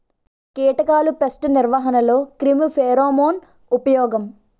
కీటకాల పేస్ట్ నిర్వహణలో క్రిమి ఫెరోమోన్ ఉపయోగం